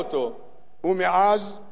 ומעז יצא מתוק.